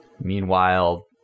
Meanwhile